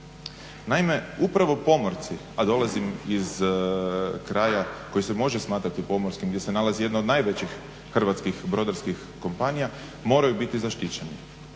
Naime, upravo pomorci, a dolazim iz kraja koji se može smatrati pomorskim, gdje se nalazi jedna od najvećih hrvatskih brodarskih kompanija moraju biti zaštićene.